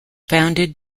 founded